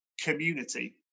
community